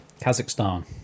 Kazakhstan